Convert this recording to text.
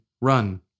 Run